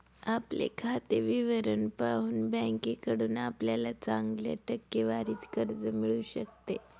आपले खाते विवरण पाहून बँकेकडून आपल्याला चांगल्या टक्केवारीत कर्ज मिळू शकते